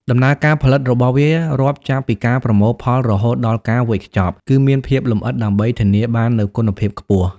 ដំណើរការផលិតរបស់វារាប់ចាប់ពីការប្រមូលផលរហូតដល់ការវេចខ្ចប់ គឺមានភាពលម្អិតដើម្បីធានាបាននូវគុណភាពខ្ពស់។